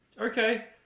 Okay